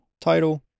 title